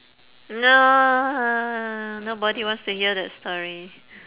no nobody wants to hear that story